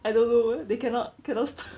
I don't know why they cannot cannot